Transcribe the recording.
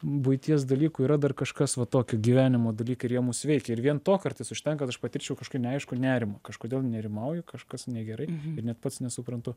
buities dalykų yra dar kažkas va tokio gyvenimo dalykai ir jie mus veikia ir vien to kartais užtenka kad aš patirčiau kažkokį neaiškų nerimą kažkodėl nerimauju kažkas negerai net pats nesuprantu